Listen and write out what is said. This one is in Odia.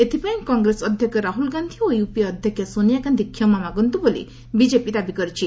ଏଥିପାଇଁ କଗ୍ରେସ ଅଧ୍ୟକ୍ଷ ରାହୁଲ ଗାନ୍ଧି ଓ ୟୁପିଏ ଅଧ୍ୟକ୍ଷ ସୋନିଆ ଗାନ୍ଧି କ୍ଷମା ମାଗନ୍ତୁ ବୋଲି ବିଜେପି ଦାବି କରିଛି